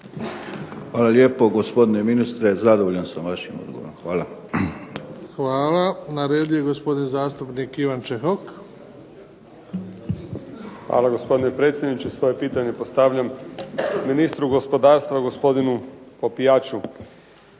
Hvala lijepo gospodine ministre, zadovoljan sam vašim odgovorom. Hvala. **Bebić, Luka (HDZ)** Na redu je gospodin zastupnik Ivan Čehok. **Čehok, Ivan (HSLS)** Hvala gospodine predsjedniče, svoje pitanje postavljam ministru gospodarstva gospodinu Popijaču.